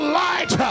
light